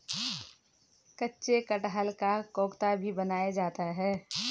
कच्चे कटहल का कोफ्ता भी बनाया जाता है